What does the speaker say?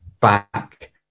back